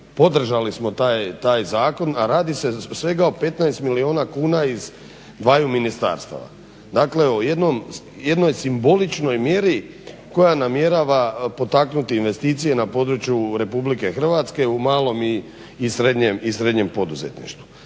podržali smo taj zakon, a radi se svega o 15 milijuna kuna iz dvaju ministarstava. Dakle o jednoj simboličnoj mjeri koja namjerava potaknuti investicije na području Republike Hrvatske u malom i srednjem poduzetništvu.